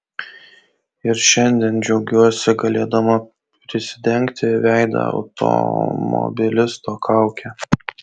ir šiandien džiaugiuosi galėdama prisidengti veidą automobilisto kauke